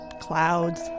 clouds